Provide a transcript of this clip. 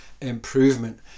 improvement